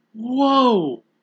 Whoa